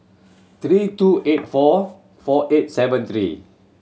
three two eight four four eight seven three